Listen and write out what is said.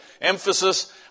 emphasis